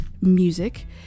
music